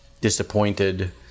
disappointed